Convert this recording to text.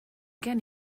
gen